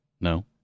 No